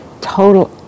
total